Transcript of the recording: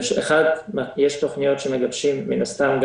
יש תוכניות שמגבשים מן הסתם,